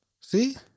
See